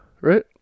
right